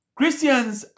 Christians